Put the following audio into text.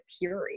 period